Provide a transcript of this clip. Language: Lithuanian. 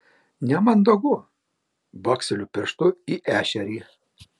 nemandagu baksteliu pirštu į ešerį